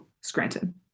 Scranton